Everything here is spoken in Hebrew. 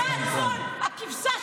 אתה הצאן לטבח.